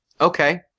Okay